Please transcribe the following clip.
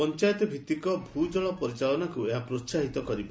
ପଞ୍ଚାୟତ ଭିତ୍ତିକ ଭୂତଳଜଳ ପରିଚାଳନାକୁ ଏହା ପ୍ରୋହାହିତ କରିବ